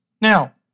Now